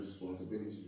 responsibility